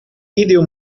video